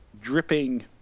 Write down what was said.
dripping